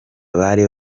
bari